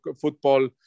football